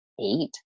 eight